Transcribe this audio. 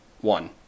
One